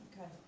Okay